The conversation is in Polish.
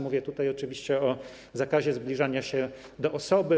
Mówię tutaj oczywiście o zakazie zbliżania się do osoby.